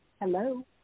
Hello